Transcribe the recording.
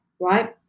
Right